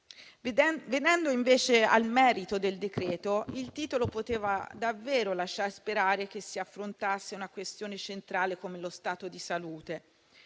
Venendo al merito del decreto, il titolo poteva davvero lasciar sperare che si affrontasse una questione centrale come lo stato di salute,